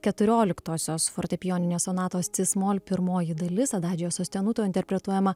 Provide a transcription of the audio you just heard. keturioliktosios fortepijoninės sonatos cismol pirmoji dalis adadžio sostenuto interpretuojama